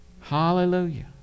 Hallelujah